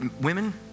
women